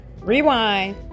rewind